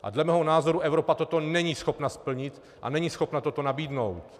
A dle mého názoru Evropa není schopna toto splnit a není schopna toto nabídnout.